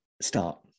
start